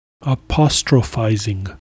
Apostrophizing